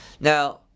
now